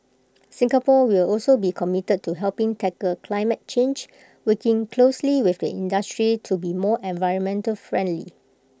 Singapore will also be committed to helping tackle climate change working closely with the industry to be more environmentally friendly